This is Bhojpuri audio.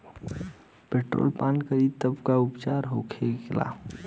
पेट्रोल पान करी तब का उपचार होखेला?